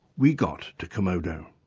we got to komodo.